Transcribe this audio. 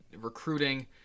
recruiting